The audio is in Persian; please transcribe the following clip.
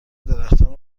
درختان